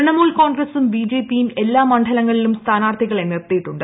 തൃണമൂൽ കോൺഗ്രസും ബിജെപിയും എല്ലാ മണ്ഡലങ്ങളിലും സ്ഥാനാർഥ്ചികളെ നിർത്തിയിട്ടുണ്ട്